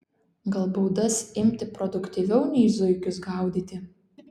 gal baudas imti produktyviau nei zuikius gaudyti